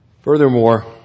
Furthermore